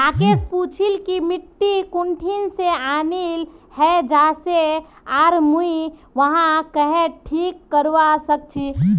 राकेश पूछिल् कि मिट्टी कुठिन से आनिल हैये जा से आर मुई वहाक् कँहे ठीक करवा सक छि